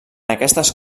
aquestes